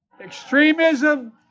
Extremism